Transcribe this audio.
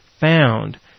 found